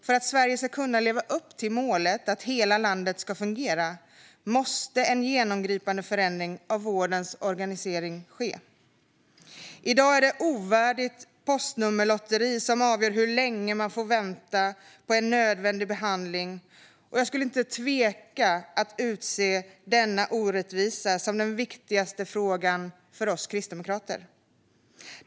För att Sverige ska kunna leva upp till målet att hela landet ska fungera måste en genomgripande förändring av vårdens organisering ske. I dag är det ett ovärdigt postnummerlotteri som avgör hur länge man får vänta på en nödvändig behandling. Jag skulle inte tveka att utse denna orättvisa som den viktigaste frågan för oss kristdemokrater.